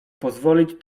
pozwolić